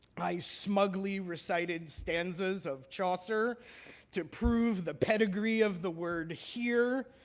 i smugly recited stanzas of chaucer to prove the pedigree of the word hir